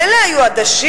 מילא היו עדשים.